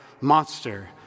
monster